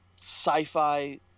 sci-fi